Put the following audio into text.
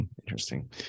Interesting